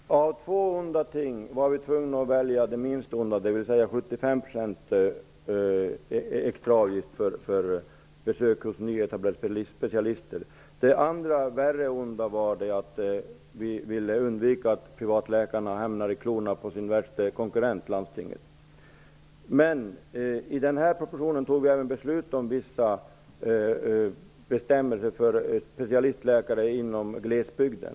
Herr talman! Av två onda ting har vi varit tvungna att välja det minst onda, dvs. 75 % extra avgift för besök hos nyetablerade specialister. Det andra värre onda var att vi ville undvika att privatläkarna hamnar i klorna på sin värste konkurrent, landstinget. I denna proposition ingick även vissa bestämmelser för specialistläkare i glesbygd.